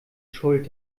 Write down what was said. schuld